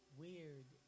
weird